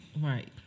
Right